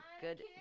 good